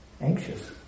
anxious